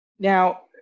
Now